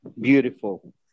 beautiful